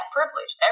privilege